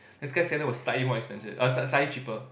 then Skyscanner was slightly more expensive uh slightly slightly cheaper